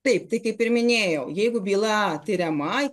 taip tai kaip ir minėjau jeigu byla tiriama